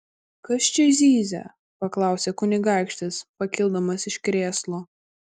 kas čia zyzia paklausė kunigaikštis pakildamas iš krėslo